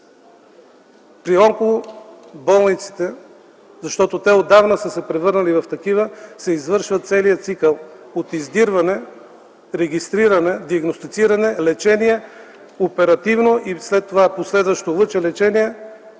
При онкоболници, защото те отдавна са се превърнали в такива, се извършва целият цикъл от издирване, регистриране, диагностициране, лечение, оперативно и след това последващо лъчелечение